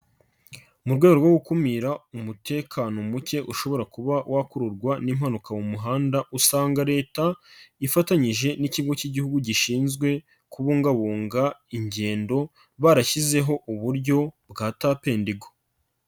Mu rwego rwo gukumira umutekano muke ushobora kuba wakururwa n'impanuka mu muhanda, usanga leta ifatanyije n'ikigo cy'igihugu gishinzwe kubungabunga ingendo, barashyizeho uburyo bwa Tap and go.